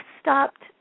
stopped